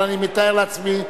אבל אני מתאר לעצמי שכבר,